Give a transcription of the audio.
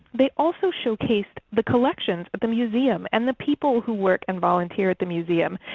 they also showcased the collections at the museum and the people who work and volunteer at the museum.